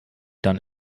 dann